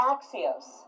Axios